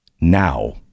Now